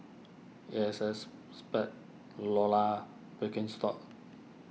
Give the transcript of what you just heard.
A S S Spade Lora Birkenstock